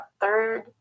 third